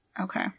Okay